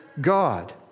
God